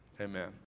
Amen